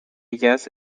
ellas